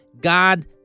God